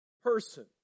person